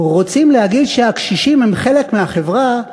רוצים להגיד שהקשישים הם חלק מהחברה,